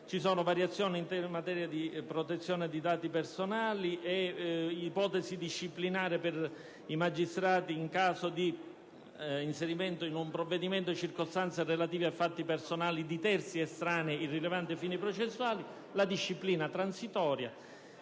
Ci sono variazioni in materia di protezione di dati personali e ipotesi disciplinari per i magistrati in caso di inserimento in un provvedimento di circostanze relative a fatti personali di terzi estranei, irrilevanti ai fini processuali; inoltre, la disciplina transitoria